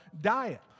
diet